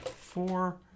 Four